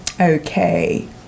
Okay